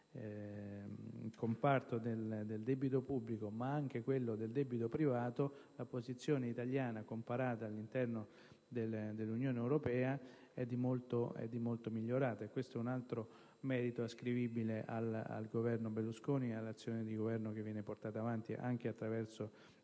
settore del debito pubblico e quello del debito privato, la posizione italiana comparata all'interno dell'Unione europea è fortemente migliorata. Questo è un altro merito ascrivibile al Governo Berlusconi e all'azione di governo che viene portata avanti anche attraverso